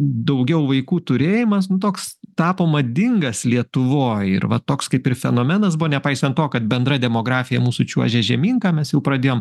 daugiau vaikų turėjimas nu toks tapo madingas lietuvoj ir va toks kaip ir fenomenas buvo nepaisant to kad bendra demografija mūsų čiuožia žemyn ką mes jau pradėjom